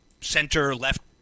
center-left